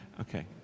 Okay